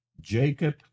Jacob